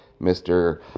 Mr